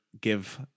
give